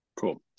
Cool